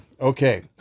Okay